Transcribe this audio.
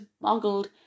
boggled